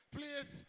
Please